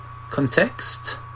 context